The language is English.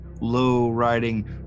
low-riding